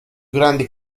grandi